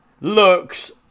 looks